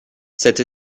cette